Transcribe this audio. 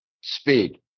speed